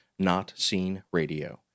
notseenradio